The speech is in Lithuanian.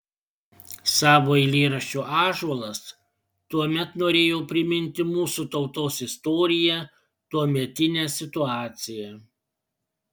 savo eilėraščiu ąžuolas tuomet norėjau priminti mūsų tautos istoriją tuometinę situaciją